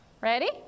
Ready